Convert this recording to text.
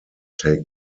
take